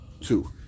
two